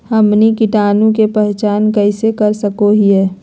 हमनी कीटाणु के पहचान कइसे कर सको हीयइ?